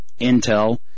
Intel